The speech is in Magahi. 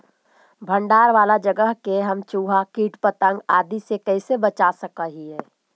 भंडार वाला जगह के हम चुहा, किट पतंग, आदि से कैसे बचा सक हिय?